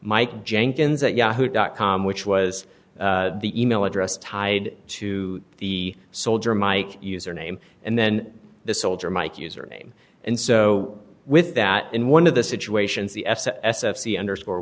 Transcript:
mike jenkins at yahoo dot com which was the e mail address ty to the soldier mike username and then the soldier mike username and so with that in one of the situations the s s f c underscore